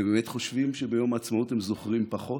אתם באמת חושבים שביום העצמאות הם זוכרים פחות?